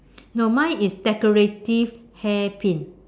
no mine is decorative hair pin